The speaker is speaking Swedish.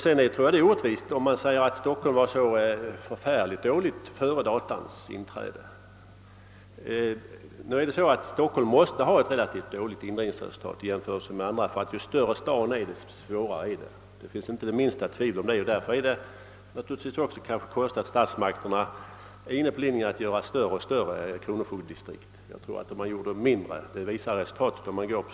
Det är orättvist att påstå att Stockholm befann sig i ett så förfärligt dåligt läge före införandet av data. Stockholm måste ha ett dåligt indrivningsresultat i jämförelse med andra orter — ju större staden är desto svårare är indrivningsverksamheten. Därför är det egendomligt att statsmakterna är inne på linjen att göra kronofogdedistrikten allt större.